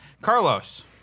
Carlos